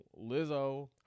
Lizzo